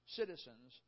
citizens